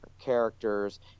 characters